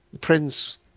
Prince